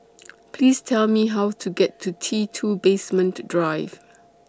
Please Tell Me How to get to T two Basement Drive